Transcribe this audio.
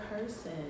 person